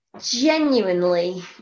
genuinely